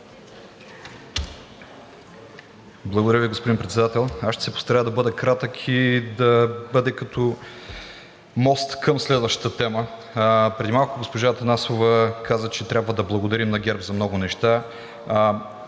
Благодаря Ви, господин Председател. Аз ще се постарая да бъда кратък и да бъде като мост към следващата тема. Преди малко госпожа Атанасова каза, че трябва да благодарим на ГЕРБ за много неща.